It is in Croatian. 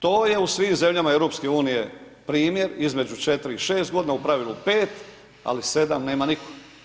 To je u svim zemljama EU, primjer između 4 i 6 godina, u pravilu 5, ali 7 nema nitko.